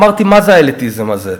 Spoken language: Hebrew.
אמרתי: מה זה האליטיזם הזה?